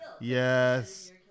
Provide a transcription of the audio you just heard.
Yes